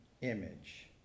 image